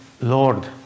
Lord